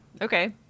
Okay